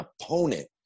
opponent